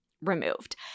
Removed